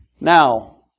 Now